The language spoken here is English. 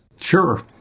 Sure